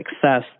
success